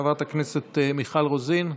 חברת הכנסת מיכל רוזין,